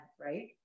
right